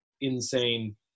insane